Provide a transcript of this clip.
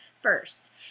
first